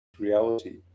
Reality